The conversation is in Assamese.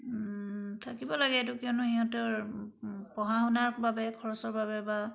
থাকিব লাগে এইটো কিয়নো সিহঁতৰ পঢ়া শুনাৰ বাবে খৰচৰ বাবে বা